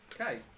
Okay